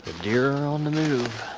deer on the move